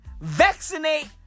Vaccinate